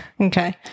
Okay